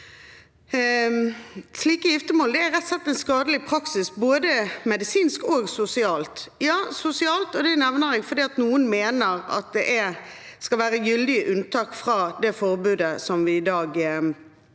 Slike giftermål er rett og slett en skadelig praksis både medisinsk og sosialt – og sosialt nevner jeg fordi noen mener det skal være gyldige unntak fra det forbudet vi alle